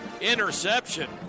interception